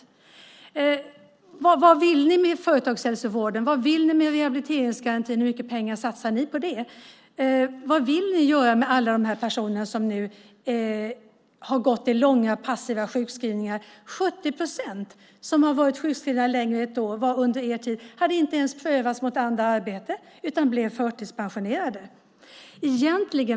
Vad vill ni med företagshälsovården? Vad vill ni med rehabiliteringsgarantin? Hur mycket pengar satsar ni på det? Vad vill ni göra med alla de personer som nu har gått i långa passiva sjukskrivningar? 70 procent av dem som hade varit sjukskrivna längre än ett år hade inte ens prövats mot andra arbeten utan blev förtidspensionerade.